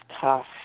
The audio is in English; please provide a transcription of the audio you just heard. tough